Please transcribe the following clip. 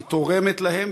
היא תורמת להם,